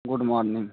good morning